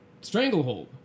stranglehold